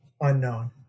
unknown